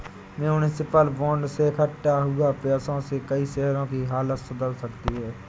municipal bond से इक्कठा हुए पैसों से कई शहरों की हालत सुधर सकती है